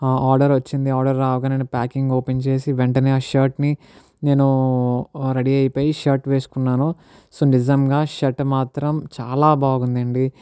ఆ ఆర్డర్ వచ్చింది ఆర్డర్ రాగానే నేను ప్యాకింగ్ ఓపెన్ చేసి వెంటనే ఆ షర్ట్ని నేను రెడీ అయిపోయి షర్ట్ వేసుకున్నాను సో నిజంగా షర్టు మాత్రం చాలా బాగుంది అండి